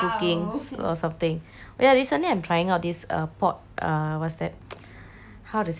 ya recently I'm been trying out this uh pot uh what's that how to say ah satti சோர் எப்படி:satti sore eppadi english ல சொல்ல:le solle